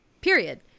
period